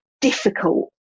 difficult